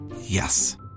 Yes